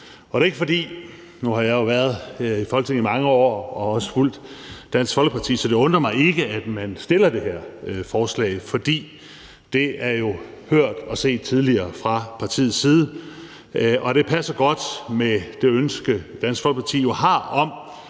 kunstprojekter. Nu har jeg jo været i Folketinget i mange år og har også fulgt Dansk Folkeparti, så det undrer mig ikke, at man fremsætter det her forslag, for det er jo hørt og set tidligere fra partiets side, og det passer godt med det ønske, som Dansk Folkeparti jo har om